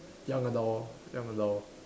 young adult lor young adult